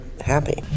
happy